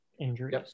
injuries